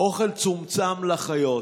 האוכל צומצם לחיות.